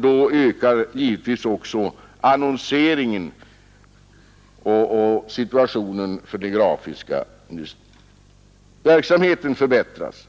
Då ökar även annonseringen, och situationen för den grafiska verksamheten förbättras.